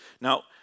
Now